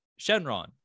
Shenron